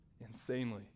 insanely